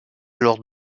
lors